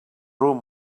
room